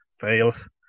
fails